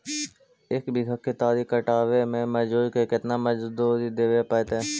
एक बिघा केतारी कटबाबे में मजुर के केतना मजुरि देबे पड़तै?